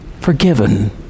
forgiven